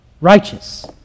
righteous